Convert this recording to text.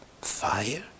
fire